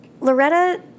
Loretta